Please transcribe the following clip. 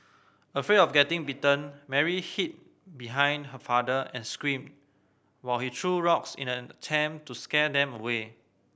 afraid of getting bitten Mary hid behind her father and screamed while he threw rocks in an attempt to scare them away